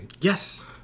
Yes